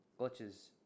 glitches